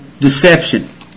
deception